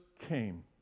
came